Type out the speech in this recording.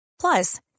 Plus